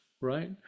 right